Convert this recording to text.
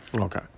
Okay